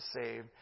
save